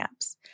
apps